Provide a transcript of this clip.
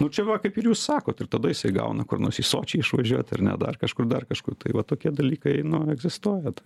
nu čia va kaip ir jūs sakot ir tada jisai gauna kur nors į sočį išvažiuot ar ne dar kažkur dar kažkur tai vat tokie dalykai nu egzistuoja tai